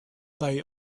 they